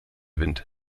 wind